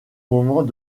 moment